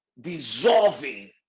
dissolving